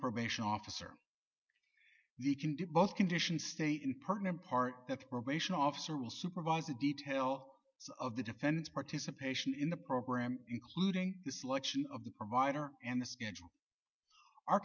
probation officer you can do both conditions stay in pertinent part the probation officer will supervise the detail of the defendant's participation in the program including the selection of the provider and the schedule